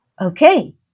okay